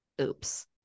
oops